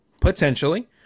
potentially